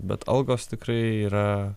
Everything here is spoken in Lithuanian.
bet algos tikrai yra